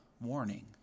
warning